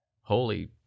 holy